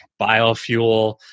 Biofuel